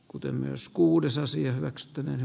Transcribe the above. kuten myös kuudessa siirroksettömän